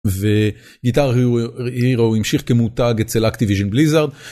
וגיטר הירו המשיך כמותג אצל אקטיביזן בליזארד.